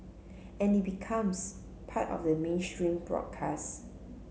and it becomes part of mainstream broadcast